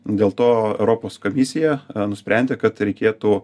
dėl to europos komisija nusprendė kad reikėtų